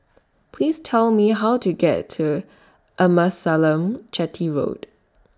Please Tell Me How to get to Amasalam Chetty Road